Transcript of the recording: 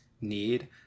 need